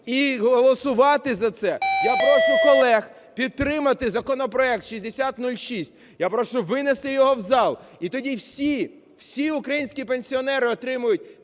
і голосувати за це. Я прошу колег підтримати законопроект 6006. Я прошу винести його в зал. І тоді всі-всі українські пенсіонери отримають